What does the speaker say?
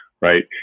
right